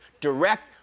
direct